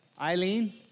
Eileen